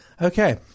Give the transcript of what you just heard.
Okay